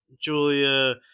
Julia